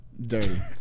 Dirty